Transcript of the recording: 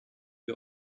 wir